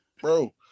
Bro